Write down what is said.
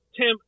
Tim